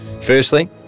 firstly